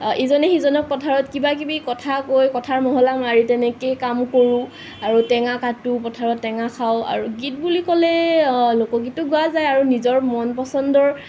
ইজনে সিজনে পথাৰত কিবা কিবি কথা কৈ কথাৰ মহলা মাৰি ফুৰোঁ তেনেকেই কাম কৰোঁ আৰু টেঙা কাটো পথাৰত টেঙা খাওঁ আৰু গীত বুলি ক'লে লোকগীতটো গোৱা যায় আৰু মন প্ৰচণ্ডৰ